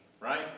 right